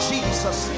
Jesus